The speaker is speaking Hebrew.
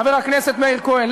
חבר הכנסת מאיר כהן,